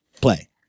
play